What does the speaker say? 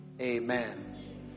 Amen